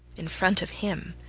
in front of him,